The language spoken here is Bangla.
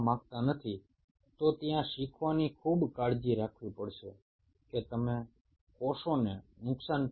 এক্ষেত্রে তোমাদেরকে অত্যন্ত সতর্ক ভাবে গ্লুটামেট যোগ করতে হবে